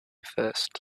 first